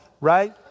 Right